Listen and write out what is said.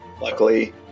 luckily